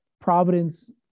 providence